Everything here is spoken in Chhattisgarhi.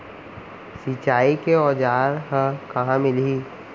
सिंचाई के औज़ार हा कहाँ मिलही?